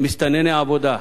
מסתנני עבודה.